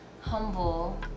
humble